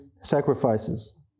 sacrifices